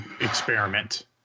experiment